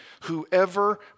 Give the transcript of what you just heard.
Whoever